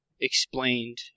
explained